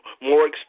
more